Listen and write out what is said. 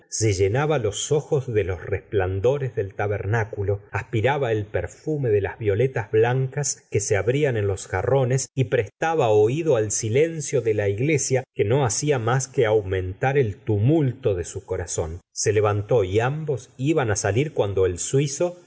se llenaba los ojos de los resplandores del tabernáculo aspiraba el perfume de las violetas blancas que se abrían en los jarrones y prestaba oido al silencio de la iglesia que no hacia más que aumentar el tumulto de su corazón se levantó y ambos iban á salir cuando el suizo